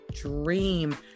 dream